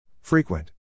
Frequent